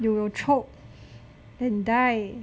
then you choke and die